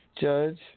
Judge